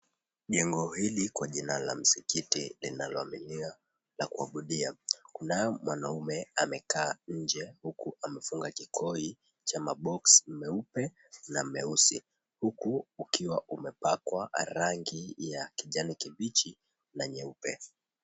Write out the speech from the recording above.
Jengo hili kwa jina la msikiti linaloaminia na kuabudia. Kuna mwanaume amekaa nje huku amefunga kikoi cha maboxi meupe na meusi. Huku ukiwa umepakwa rangi ya kijani kibichi na nyeupe.